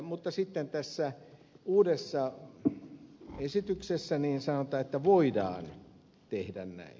mutta sitten tässä uudessa esityksessä sanotaan että voidaan tehdä näin